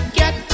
get